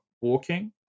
walking